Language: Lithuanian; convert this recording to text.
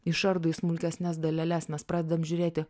išardo į smulkesnes daleles mes pradedam žiūrėti